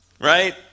Right